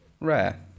rare